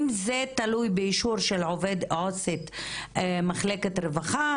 אם זה תלוי באישור של עו"סית מחלקת רווחה,